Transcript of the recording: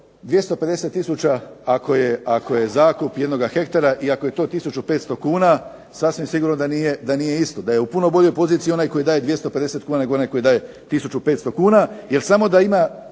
250 tisuća ako je zakup jednog hektara i ako je to tisuću 500 kuna, sasvim sigurno da nije isto, da je u puno boljoj poziciji onaj koji daje 250 kuna, nego onaj koji daje tisuću 500 kuna.